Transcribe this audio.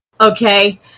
okay